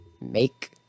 make